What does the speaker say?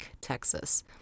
Texas